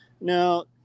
Now